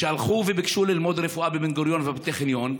שהלכו וביקשו ללמוד רפואה בבן-גוריון ובטכניון,